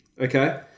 Okay